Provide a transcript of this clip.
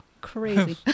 Crazy